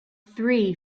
three